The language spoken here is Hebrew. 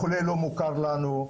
החולה לא מוכר לנו.